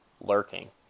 lurking